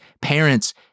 Parents